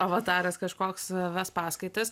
avataras kažkoks ves paskaitas